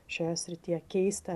šioje srityje keisti